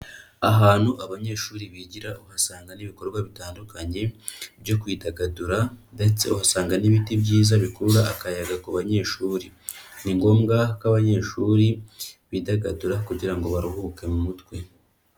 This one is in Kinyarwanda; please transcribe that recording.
Ahantu abanyeshuri bigira uhasanga n'ibikorwa bitandukanye byo kwidagadura ndetse uhasanga n'ibiti byiza bikurura akayaga ku banyeshuri. Ni ngombwa ko abanyeshuri bidagadura kugira ngo baruhuke mu mutwe.